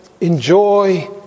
enjoy